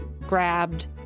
grabbed